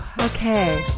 Okay